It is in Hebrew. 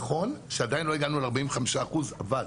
נכון שעדיין לא הגענו ל-45%, אבל